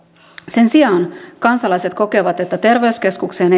sen sijaan kansalaiset kokevat että terveyskeskukseen